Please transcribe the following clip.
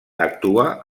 actua